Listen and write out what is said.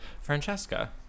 Francesca